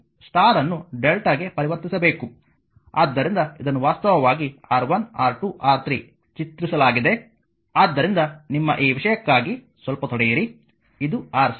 ಆದ್ದರಿಂದ ಇದನ್ನು ವಾಸ್ತವವಾಗಿ R1 R2 R3 ಚಿತ್ರಿಸಲಾಗಿದೆ ಆದ್ದರಿಂದ ನಿಮ್ಮ ಈ ವಿಷಯಕ್ಕಾಗಿ ಸ್ವಲ್ಪ ತಡೆಯಿರಿ ಇದು Rc ತಿಳಿದಿದೆ